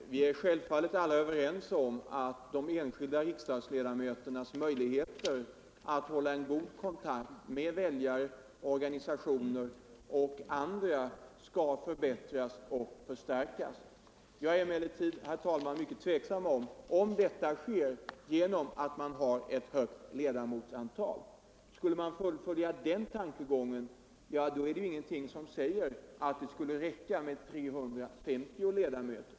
Herr talman! Vi är självfallet alla överens om att de enskilda riksdagsledamöternas möjligheter att hålla god kontakt med väljare, organisationer och andra skall förbättras och förstärkas. Jag ställer mig emellertid tvivlande till om detta sker genom att riksdagen har ett stort antal ledamöter. Skulle man fullfölja den tankegången är det ingenting som säger att det skulle räcka med 350 ledamöter.